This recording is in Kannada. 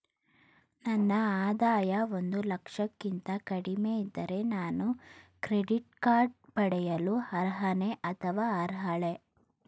ನನ್ನ ಆದಾಯ ಒಂದು ಲಕ್ಷಕ್ಕಿಂತ ಕಡಿಮೆ ಇದ್ದರೆ ನಾನು ಕ್ರೆಡಿಟ್ ಕಾರ್ಡ್ ಪಡೆಯಲು ಅರ್ಹನೇ ಅಥವಾ ಅರ್ಹಳೆ?